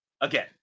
again